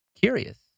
curious